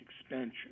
expansion